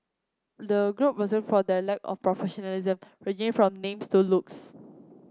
the group was for their lack of professionalism ranging from names to looks